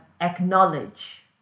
acknowledge